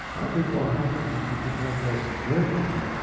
i think what happens is you become less driven,